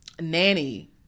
Nanny